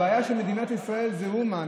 הבעיה של מדינת ישראל היא אומן.